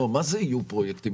מה זה יהיו פרויקטים?